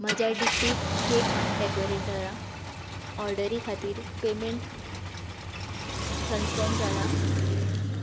म्हज्या D P cake डेकोरेटरा ऑर्डरी खातीर पेमेंट कन्फर्म जाला